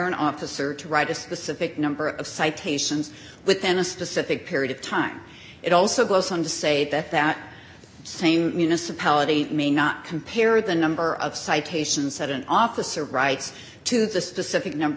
an officer to write a specific number of citations within a specific period of time it also goes on to say that that same municipality may not compare the number of citations that an officer writes to the specific number